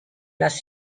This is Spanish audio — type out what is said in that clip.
las